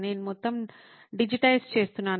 నేను మొత్తం డిజిటైజ్ చేస్తున్నాను